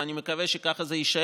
ואני מקווה שככה זה יישאר,